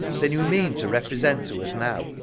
then you mean to represent to us now,